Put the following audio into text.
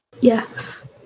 Yes